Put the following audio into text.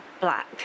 black